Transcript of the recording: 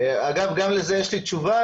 אגב, גם לזה יש לי תשובה.